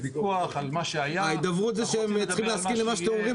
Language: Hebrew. וויכוח על מה שהיה ההידברות זה שהם צריכים להסכים למה שאתם אומרים,